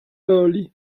early